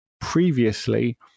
previously